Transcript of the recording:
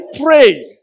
pray